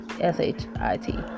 S-H-I-T